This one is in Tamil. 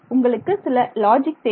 உங்களுக்கு சில லாஜிக் தேவை